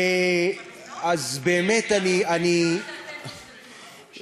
אז באמת אני, העיקר שאתם תשלטו בו.